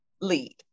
lead